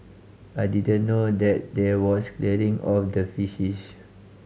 I didn't know that there was clearing of the fishes